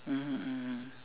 mmhmm mmhmm